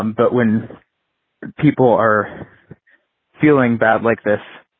um but when people are feeling bad like this,